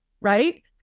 Right